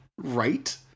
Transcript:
Right